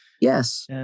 yes